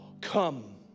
come